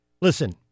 Listen